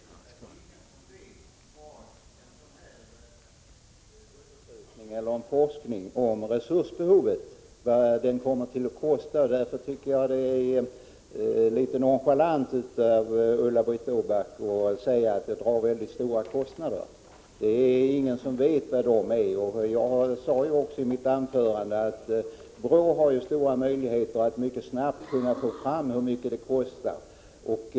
Herr talman! Ingen vet faktiskt vad en forskning om resursbehovet skulle komma att kosta. Därför tycker jag det är litet nonchalant av Ulla-Britt Åbark att säga att denna forskning skulle dra stora kostnader. Jag sade också att BRÅ har stora möjligheter att mycket snabbt få fram hur mycket det skulle kosta.